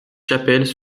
chapelles